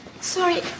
Sorry